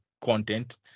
content